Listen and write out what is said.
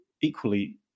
equally